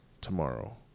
tomorrow